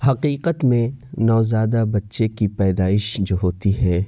حقیقت میں نوزائیدہ بچے کی پیدائش جو ہوتی ہے